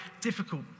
difficult